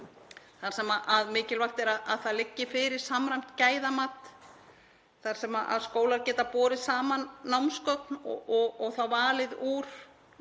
þar sem mikilvægt er að það liggi fyrir samræmt gæðamat þar sem skólar geta borið saman og valið úr